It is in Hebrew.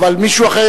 אבל מישהו אחר,